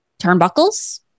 turnbuckles